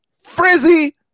Frizzy